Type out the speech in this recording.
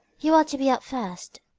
you are to be up first.